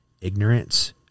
ignorance